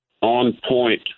on-point